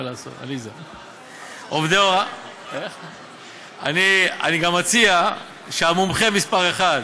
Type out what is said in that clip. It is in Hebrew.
אני גם מציע שהמומחה מספר אחת,